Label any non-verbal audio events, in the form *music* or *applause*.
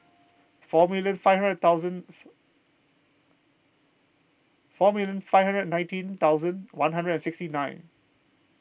four million five hundred thousand *noise* four million five hundred nineteen thousand one hundred and sixty nine